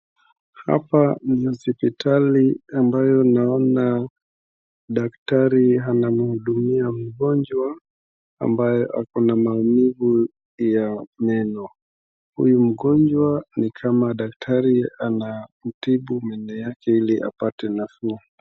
Hapa ni hospitali ambayo naona daktari anamuudumia mgonjwa, ambaye ako na maumivu ya meno, huyu mgonjwa ni kama daktari anamtibu meno yake iliapate nafuu.